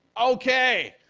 okay.